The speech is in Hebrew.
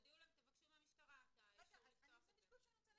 אני מסבירה לך שוועדת שרים לא מאשרת את זה,